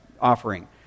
offering